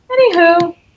Anywho